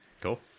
Cool